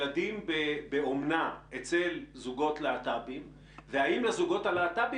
הקריטריונים בהתאם לחוק,